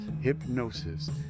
hypnosis